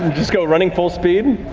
just go running full speed.